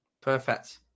perfect